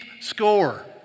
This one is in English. score